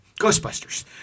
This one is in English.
Ghostbusters